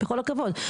בכל הכבוד.